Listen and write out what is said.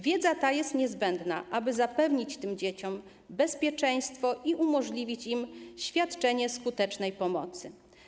Wiedza ta jest niezbędna, aby zapewnić tym dzieciom bezpieczeństwo i umożliwić im świadczenie skutecznej pomocy.